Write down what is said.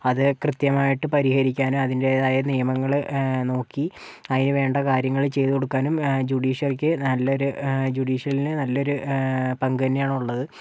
അത് കൃത്യമായിട്ട് പരിഹരിക്കാനും അതിൻ്റെതായ നിയമങ്ങള് നോക്കി അതിന് വേണ്ട കാര്യങ്ങള് ചെയ്ത് കൊടുക്കാനും ജുഡീഷ്യറിക്കു നല്ലൊരു ജുഡീഷ്യലിന് നല്ലൊരു പങ്ക് തന്നെയാണ് ഉള്ളത്